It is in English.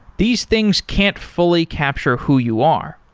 these things can't fully capture who you are.